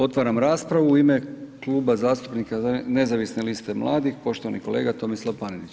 Otvaram raspravu u ime Kluba zastupnika Nezavisne liste mladih poštovani kolega Tomislav Panenić.